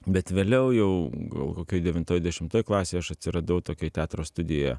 bet vėliau jau gal kokioj devintoj dešimtoj klasėj aš atsiradau tokioj teatro studijoje